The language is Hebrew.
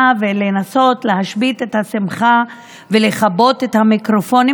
ולנסות להשבית את השמחה ולכבות את המיקרופונים,